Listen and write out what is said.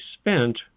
spent